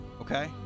okay